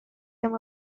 them